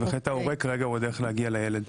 ההורה כרגע הוא הדרך להגיע לילד.